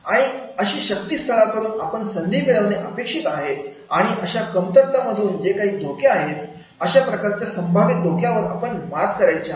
आणि अशा शक्ती स्थळ कडून आपण संधी मिळविणे अपेक्षित आहे आणि अशा कमतरता मधून जे काही धोके आहेत अशा प्रकारच्या संभाव्य धोक्यावर आपल्याला मात करायची आहे